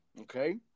Okay